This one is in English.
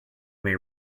may